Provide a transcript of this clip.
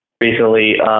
recently